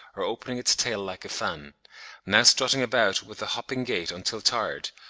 or opening its tail like a fan now strutting about with a hopping gait until tired,